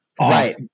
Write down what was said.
Right